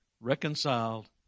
Reconciled